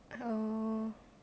oh